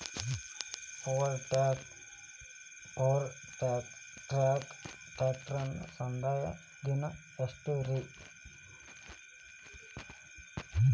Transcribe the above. Power track ಟ್ರ್ಯಾಕ್ಟರನ ಸಂದಾಯ ಧನ ಎಷ್ಟ್ ರಿ?